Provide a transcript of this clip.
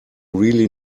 really